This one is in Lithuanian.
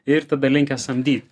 ir tada linkę samdyt